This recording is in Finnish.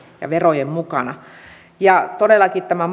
verojen mukana todellakin tämä